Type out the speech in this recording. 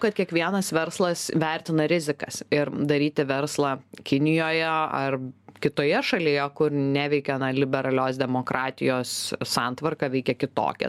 kad kiekvienas verslas vertina rizikas ir daryti verslą kinijoje ar kitoje šalyje kur neveikia na liberalios demokratijos santvarka veikia kitokia